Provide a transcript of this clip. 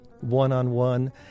one-on-one